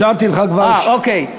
אישרתי לך כבר, אה, אוקיי.